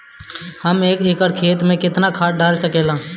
हम एक एकड़ खेत में केतना खाद डाल सकिला?